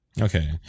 Okay